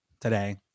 today